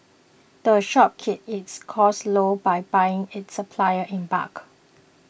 the shop keeps its costs low by buying its supplies in bulk